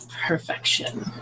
perfection